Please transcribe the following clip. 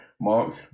Mark